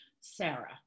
Sarah